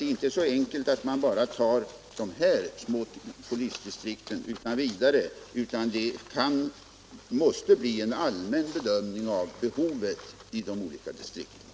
Det är inte så enkelt att man utan vidare bestämmer om dessa små polisdistrikt, utan det måste bli en allmän bedömning av behovet i de olika distrikten.